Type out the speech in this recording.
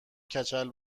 کچل